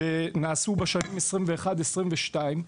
שנעשו בשנים 2021 ו-2022,